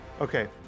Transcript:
Okay